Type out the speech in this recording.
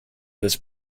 this